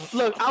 look